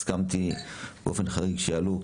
הסכמתי באופן חריג שיעלו,